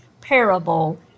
parable